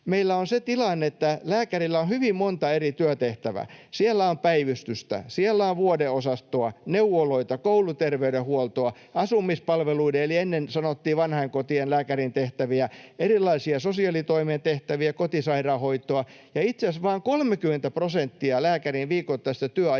Meillä on se tilanne, että lääkärillä on hyvin monta eri työtehtävää. Siellä on päivystystä, siellä on vuodeosastoa, neuvoloita, kouluterveydenhuoltoa, asumispalveluiden — ennen sanottiin ”vanhainkotien” — lääkärin tehtäviä, erilaisia sosiaalitoimen tehtäviä, kotisairaanhoitoa. Itse asiassa vain 30 prosenttia lääkärin viikoittaisesta työajasta